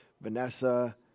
Vanessa